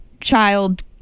child